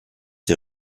der